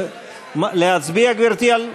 וחברי הכנסת זהבה גלאון,